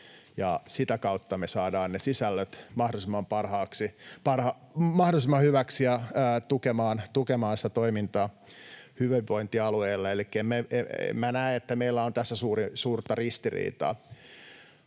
sitä kautta me saadaan ne sisällöt mahdollisimman hyviksi ja tukemaan sitä toimintaa hyvinvointialueilla. Elikkä en minä näe, että meillä on tässä suurta ristiriitaa,